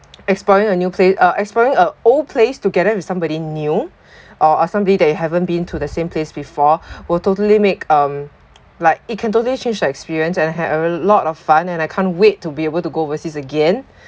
exploring a new place uh exploring uh old place together with somebody new or or somebody that you haven't been to the same place before will totally make um like it can totally change the experience and had a lot of fun and I can't wait to be able to go overseas again